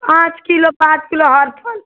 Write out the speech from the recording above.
पाँच किलो पाँच किलो हर फल